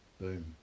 Boom